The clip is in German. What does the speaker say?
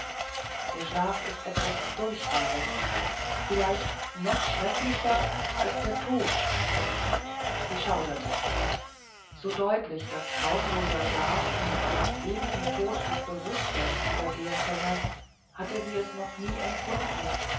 der schlaf ist etwas furchtbares vielleicht noch schrecklicher als der tod sie schauderte so deutlich daß traumloser schlaf in einen ewigen tod des bewußtseins übergehen könne hatte sie es noch nie empfunden